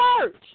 church